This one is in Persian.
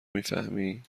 میفهمی